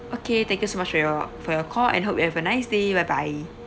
okay thank you so much for your for your call and hope you have a nice day bye bye